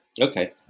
Okay